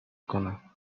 کنند